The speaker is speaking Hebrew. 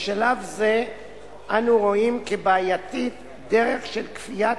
בשלב זה אנו רואים כבעייתית דרך של כפיית